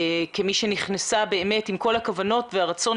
כמי שנכנסה עם כל הכוונות והרצון